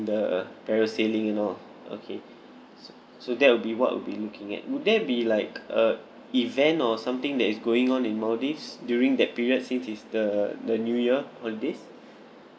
the parasailing and all okay so so that would be what we'd be looking at would there be like uh event or something that is going on in maldives during that period since it's the the new year holidays